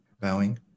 bowing